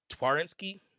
Twarinski